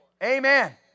Amen